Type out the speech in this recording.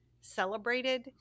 celebrated